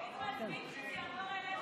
היינו מצביעים שזה יעבור אליך